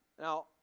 Now